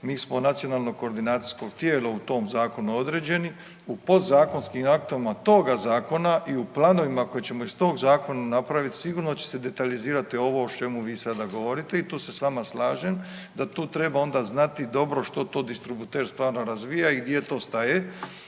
Mi smo nacionalno koordinacijsko tijelo u tom zakonu određeni, u podzakonskim aktom toga zakona i u planovima koje ćemo iz toga zakona napravit sigurno će se detaljizirat ovo o čemu vi sada govorite i tu se s vama slažem da tu treba onda znati dobro što to distributer stvarno razvija i gdje to staje.